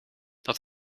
dat